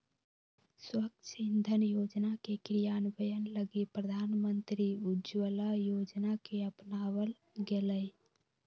स्वच्छ इंधन योजना के क्रियान्वयन लगी प्रधानमंत्री उज्ज्वला योजना के अपनावल गैलय